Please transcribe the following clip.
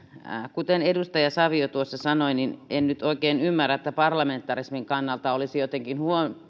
kuten edustaja savio tuossa sanoi en nyt oikein ymmärrä että parlamentarismin kannalta olisi jotenkin